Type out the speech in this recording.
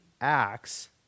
Acts